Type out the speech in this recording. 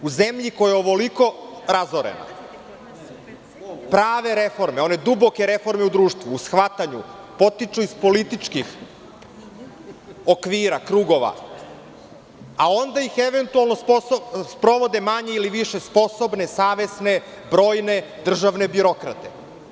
U zemlji koja je ovoliko razorena, prave reforme, one duboke reforme u društvu, u shvatanju potiču iz političkih okvira, krugova, a onda ih eventualno sprovode manje ili više sposobne, savesne, brojne državne birokrate.